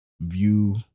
view